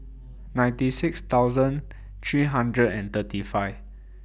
ninety six thousand three hundred and thirty five